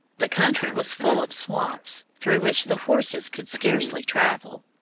the country was full of swamps, through which the horses could scarcely travel.